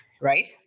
right